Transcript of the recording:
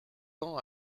tend